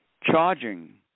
charging